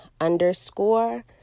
underscore